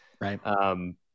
right